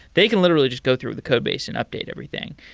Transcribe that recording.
they can literally just go through the codebase and update everything.